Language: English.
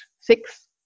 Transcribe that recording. six